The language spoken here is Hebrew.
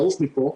לעוף מפה,